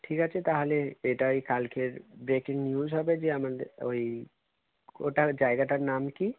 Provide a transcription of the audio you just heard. ঠিক আছে তাহলে এটাই কালকের ব্রেকিং নিউজ হবে যে আমাদের ওই ওটার জায়গাটার নাম কী